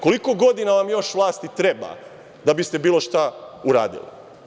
Koliko godina vam još vlasti treba da biste bilo šta uradili.